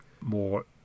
more